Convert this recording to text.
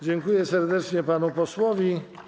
Dziękuję serdecznie panu posłowi.